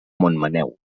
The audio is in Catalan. montmaneu